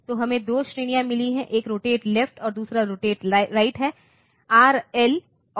तो हमें 2 श्रेणियां मिली हैं एक रोटेट लेफ्ट और दूसरा रोटेट राइट है RL और RR